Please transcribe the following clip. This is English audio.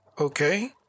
okay